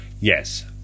Yes